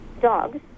dogs